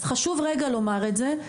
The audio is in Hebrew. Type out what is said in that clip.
אז חשוב רגע לומר את זה.